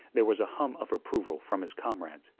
there was a hum of approval from his comrades,